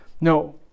No